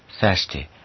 thirsty